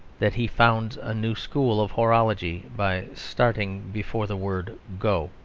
that he founds a new school of horology by starting before the word go.